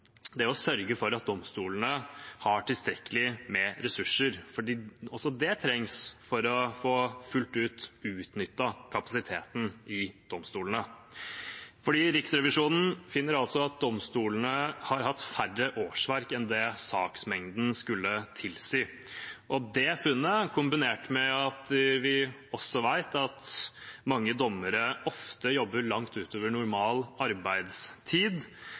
å sørge for at domstolene har tilstrekkelig med ressurser. Også det trengs for å få fullt ut utnyttet kapasiteten i domstolene. For Riksrevisjonen finner at domstolene har hatt færre årsverk enn det saksmengden skulle tilsi. Dette funnet kombinert med at vi vet at mange dommere ofte jobber langt utover normal arbeidstid,